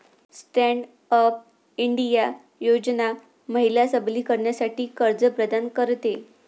stand up India योजना महिला सबलीकरणासाठी कर्ज प्रदान करते